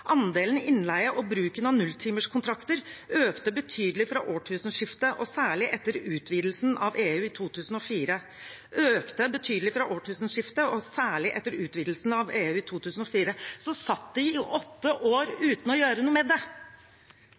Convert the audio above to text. og bruken av nulltimerskontrakter økte betydelig fra årtusenskiftet, og særlig etter utvidelsen av EU i 2004. Så satt de i åtte år uten å gjøre noe med det.